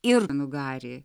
ir nugarį